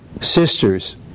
sisters